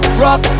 rock